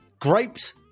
Grapes